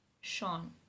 Sean